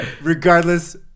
regardless